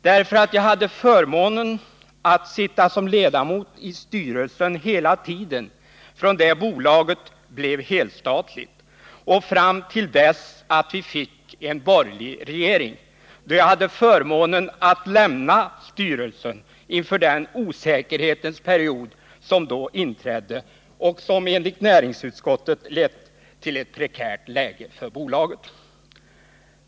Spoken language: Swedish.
Jag hade nämligen förmånen att sitta som ledamot i styrelsen för Studsvik hela tiden från det bolaget blev helstatligt fram till dess att vi fick en borgerlig regering, då jag hade förmånen att få lämna styrelsen inför den osäkerhetens period som då inträdde och som enligt näringsutskottet lett till ett prekärt läge för bolaget.